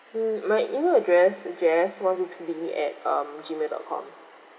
mm my email address is jess one two three at um G mail dot com